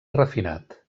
refinat